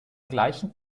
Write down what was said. gleichen